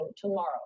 tomorrow